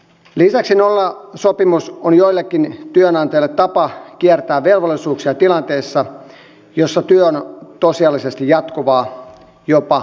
lisäksi nollasopimus on joillekin työnantajille tapa kiertää velvollisuuksia tilanteessa jossa työ on tosiasiallisesti jatkuvaa jopa kokoaikaista